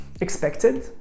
expected